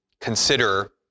consider